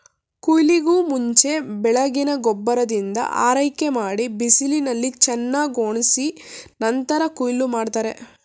ಕುಯ್ಲಿಗೂಮುಂಚೆ ಬೆಳೆನ ಗೊಬ್ಬರದಿಂದ ಆರೈಕೆಮಾಡಿ ಬಿಸಿಲಿನಲ್ಲಿ ಚೆನ್ನಾಗ್ಒಣುಗ್ಸಿ ನಂತ್ರ ಕುಯ್ಲ್ ಮಾಡ್ತಾರೆ